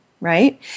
right